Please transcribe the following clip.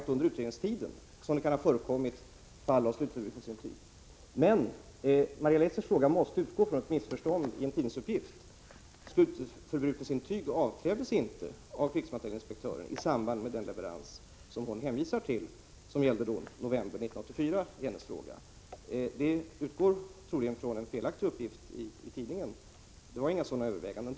Det är under utredningstiden som det kan ha förekommit fall av slutförbrukningsintyg. Men Maria Leissners fråga måste utgå från ett missförstånd i en tidningsuppgift. Krigsmaterielinspektören krävde inte slutförbrukningsintyg i samband med leveransen i november 1984. Det var inga sådana överväganden då.